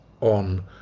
on